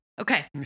Okay